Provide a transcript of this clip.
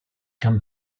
come